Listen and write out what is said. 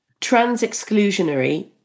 Trans-exclusionary